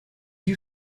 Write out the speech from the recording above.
you